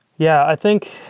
yeah. i think,